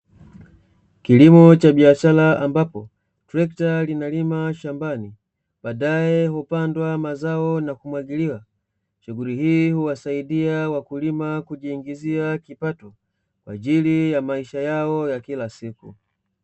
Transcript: Kilimo cha biashara ambapo trekta linalima shambani, baadae hupandwa mazao na kumwagiliwa. Shughuli hii huwasaidia wakulima kujiingizia kipato, kwa ajili ya maisha yao ya kila siku.